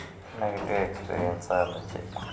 negative எக்ஸ்பீரியன்ஸாக இருந்துச்சு